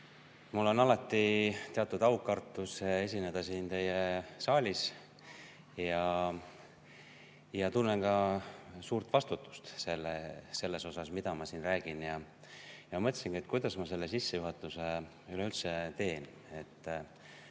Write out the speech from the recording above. Mul on alati teatud aukartus esineda siin teie saalis ja tunnen ka suurt vastutust selle ees, mida ma siin räägin. Ma mõtlesingi, kuidas ma selle sissejuhatuse üleüldse teen.